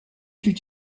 fut